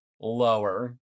Lower